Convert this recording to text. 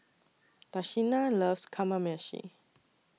Tashina loves Kamameshi